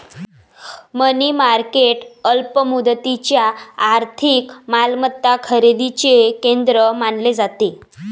मनी market अल्प मुदतीच्या आर्थिक मालमत्ता खरेदीचे केंद्र मानले जाते